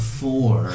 four